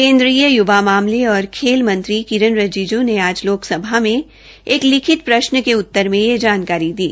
केन्द्रीय युवा मामले और खेल मंत्री किरेन रिजिजू ने आज लोकसभा मे एक लिखित प्रश्न के उत्तर में यह जानकारी दी